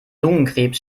lungenkrebs